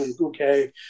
okay